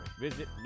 Visit